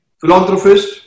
philanthropist